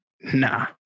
Nah